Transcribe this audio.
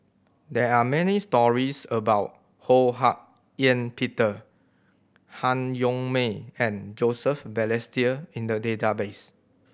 there are many stories about Ho Hak Ean Peter Han Yong May and Joseph Balestier in the database